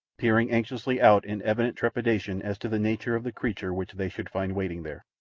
peering anxiously out in evident trepidation as to the nature of the creature which they should find waiting there.